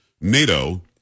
NATO